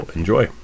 Enjoy